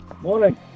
Morning